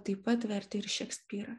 taip pat vertė ir šekspyrą